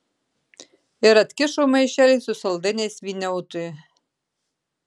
ir atkišo maišelį su saldainiais vyniautui